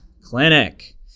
clinic